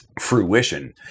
fruition